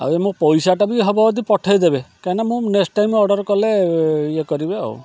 ଆଉ ଏଇ ମୋ ପଇସାଟା ହେବ ଯଦି ପଠାଇଦେବେ କାହିଁକିନା ମୁଁ ନେକ୍ସଟ୍ ଟାଇମ୍ ଅର୍ଡ଼ର୍ କଲେ ଇଏ କରିବେ ଆଉ